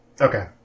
Okay